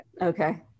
okay